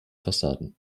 fassaden